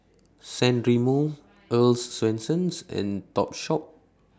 San Remo Earl's Swensens and Topshop